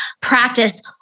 practice